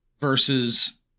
versus